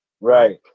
Right